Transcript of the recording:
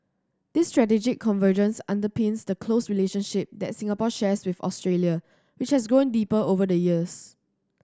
this strategic convergence underpins the close relationship that Singapore shares with Australia which has grown deeper over the years